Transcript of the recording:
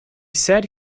said